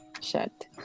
shut